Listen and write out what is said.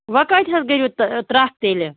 وۅنۍ کۭتِس حظ دِیِو ترٛکھ تیٚلہِ